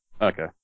Okay